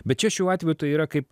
bet čia šiuo atveju tai yra kaip